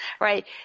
right